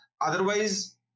Otherwise